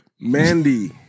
mandy